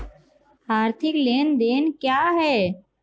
आर्थिक लेनदेन क्या है?